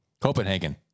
Copenhagen